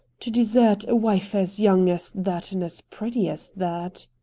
to desert a wife as young as that and as pretty as that.